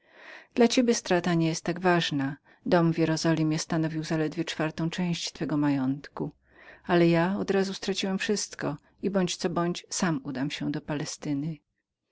dla ciebie strata nie jest tak ważną dom twój stanowił zaledwo czwartą część twego majątku ale ja od razu straciłem wszystko i bądź co bądź sam udam się do